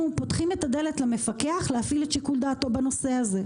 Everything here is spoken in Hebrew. פותחים את הדלת למפקח להפעיל את שיקול דעתו בנושא הזה.